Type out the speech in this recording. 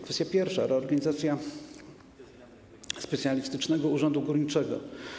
Kwestia pierwsza: reorganizacja Specjalistycznego Urzędu Górniczego.